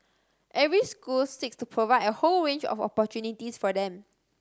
every school seeks to provide a whole range of opportunities for them